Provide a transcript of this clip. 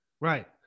Right